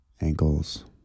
ankles